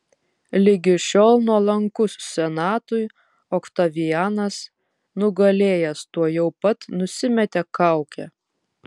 ligi šiol nuolankus senatui oktavianas nugalėjęs tuojau pat nusimetė kaukę